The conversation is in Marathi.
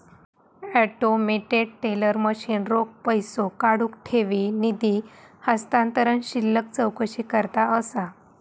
ऑटोमेटेड टेलर मशीन रोख पैसो काढुक, ठेवी, निधी हस्तांतरण, शिल्लक चौकशीकरता असा